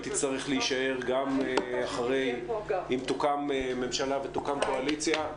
היא תצטרך להישאר גם אחרי אם תוקם ממשלה ותוקם קואליציה.